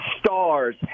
stars